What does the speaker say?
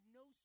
no